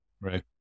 right